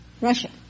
Russia